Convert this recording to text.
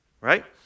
right